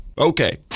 Okay